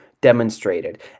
demonstrated